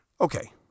Okay